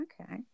Okay